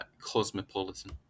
cosmopolitan